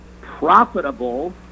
profitable